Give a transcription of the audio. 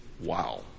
wow